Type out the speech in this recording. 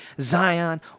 Zion